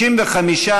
65,